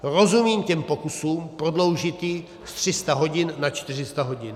Rozumím těm pokusům prodloužit ji ze 300 hodin na 400 hodin.